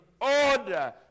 order